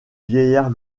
vieillard